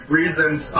reasons